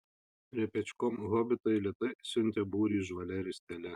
repečkom hobitai lėtai siuntė būrį žvalia ristele